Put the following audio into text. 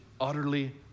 utterly